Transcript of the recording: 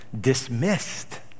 dismissed